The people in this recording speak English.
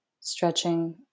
stretching